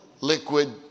Liquid